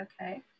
Okay